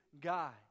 guy